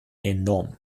enorm